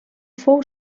fou